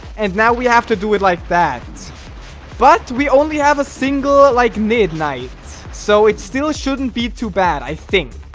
and now we have to do it like that but we only have a single like midnight, so it still shouldn't be too bad. i think